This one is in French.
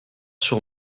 sur